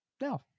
No